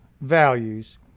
values